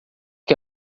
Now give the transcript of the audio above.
que